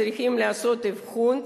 צריכים לעשות אבחון,